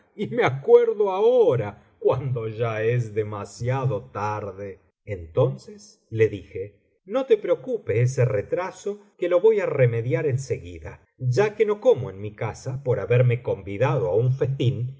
y me acuerdo ahora cuando ya es demasiado biblioteca valenciana generalitat valenciana las mil noches y una noche tarde entonces le dije no te preocupe ese retraso que lo voy á remediar en seguida ya que no como en mi casa por haberme convidado á un festín